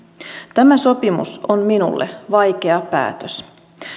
tämä sopimus on minulle vaikea päätös